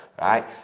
right